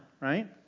Right